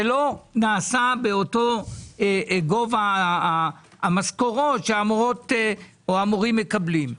לא נעשה באותו גובה המשכורות שהמורות או המורים מקבלים.